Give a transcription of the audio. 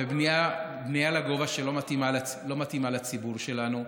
ובנייה לגובה, שלא מתאימה לציבור שלנו.